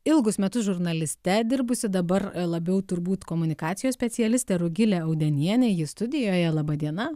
ilgus metus žurnaliste dirbusi dabar labiau turbūt komunikacijos specialistė rugilė audenienė ji studijoje laba diena